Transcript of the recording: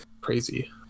Crazy